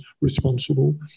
responsible